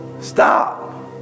Stop